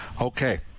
Okay